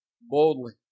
boldly